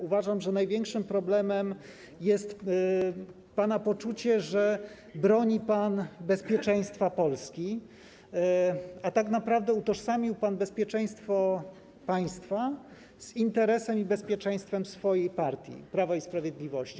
Uważam, że największym problemem jest pana poczucie, że broni pan bezpieczeństwa Polski, a tak naprawdę utożsamił pan bezpieczeństwo państwa z interesem i bezpieczeństwem swojej partii, Prawa i Sprawiedliwości.